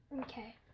Okay